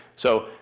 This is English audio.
so,